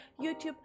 YouTube